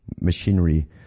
machinery